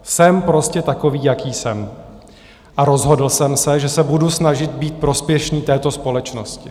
Jsem prostě takový, jaký jsem, A rozhodl jsem se, že se budu snažit být prospěšný této společnosti.